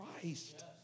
Christ